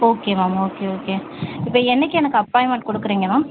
okay ma'am okay okay இப்போ என்னைக்கு எனக்கு அப்பாயிண்ட்மெண்ட் கொடுக்குறிங்க மேம்